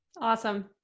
Awesome